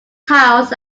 tiles